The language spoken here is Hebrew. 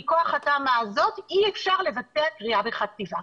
מכח התמ"א הזאת אי אפשר לבצע כרייה וחציבה.